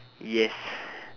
yes